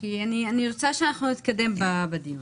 כי אני רוצה שאנחנו נתקדם בדיון.